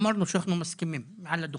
אנחנו אמרנו שאנחנו מסכימים, על הדוכן.